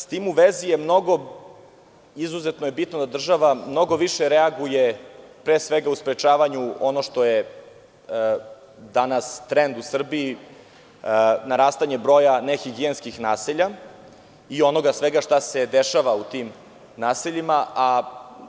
S tim u vezi je izuzetno bitno da država mnogo više reaguje pre svega u sprečavanju onoga što je danas trend u Srbiji – narastanje broja nehigijenskih naselja i onoga svega što se dešava u tim naseljima, a